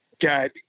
got